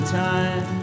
time